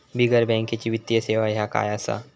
बिगर बँकेची वित्तीय सेवा ह्या काय असा?